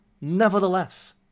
nevertheless